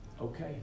okay